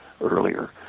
earlier